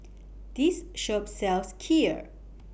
This Shop sells Kheer